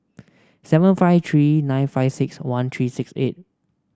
seven five three nine five six one three six eight